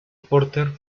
porter